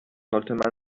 sollte